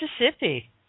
Mississippi